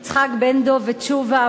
יצחק בן-דב ותשובה,